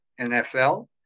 NFL